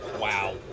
Wow